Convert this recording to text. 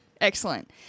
Excellent